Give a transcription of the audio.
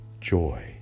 joy